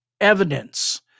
evidence